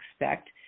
expect